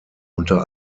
unter